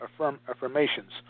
affirmations